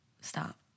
stop